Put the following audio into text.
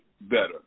better